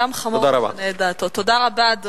תודה רבה.